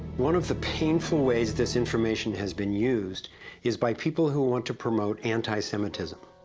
one of the painful ways this information has been used is by people who want to promote anti-semitism.